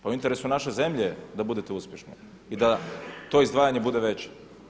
Pa u interesu naše zemlje je da budete uspješni i da to izdvajanje bude veće.